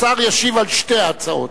השר ישיב על שתי ההצעות.